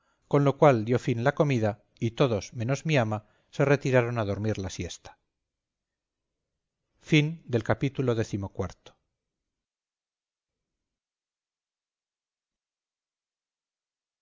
con lo cual dio fin la comida y todos menos mi ama se retiraron a dormir la siesta ii